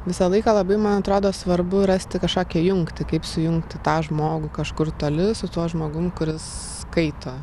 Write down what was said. visą laiką labai man atrodo svarbu rasti kažkokią jungtį kaip sujungti tą žmogų kažkur toli su tuo žmogum kuris skaito